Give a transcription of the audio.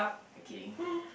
okay